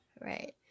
Right